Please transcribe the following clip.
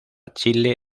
chile